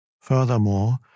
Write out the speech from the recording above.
Furthermore